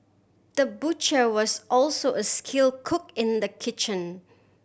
the butcher was also a skill cook in the kitchen